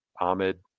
Ahmed